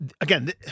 again